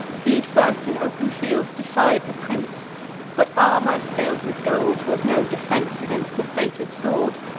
he first in open field defied the prince but armor scal'd with gold was no defense against the fated sword,